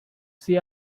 see